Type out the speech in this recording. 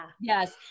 Yes